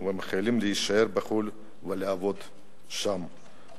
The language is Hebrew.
מייחלים להישאר בחוץ-לארץ ולעבוד שם